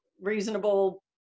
reasonable